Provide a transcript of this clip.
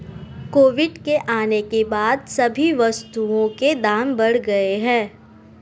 Covid के आने के बाद सभी वस्तुओं के दाम बढ़ गए हैं